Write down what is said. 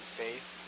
faith